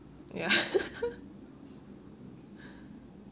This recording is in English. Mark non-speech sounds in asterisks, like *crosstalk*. yeah *laughs*